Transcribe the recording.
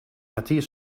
matthias